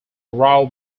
rao